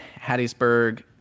Hattiesburg